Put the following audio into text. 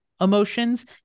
emotions